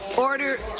order,